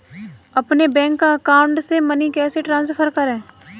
अपने bank account से money कैसे ट्रांसफर करें?